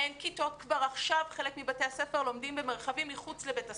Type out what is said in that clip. כבר עכשיו חלק מבתי הספר לומדים במרחבים מחוץ לבית הספר.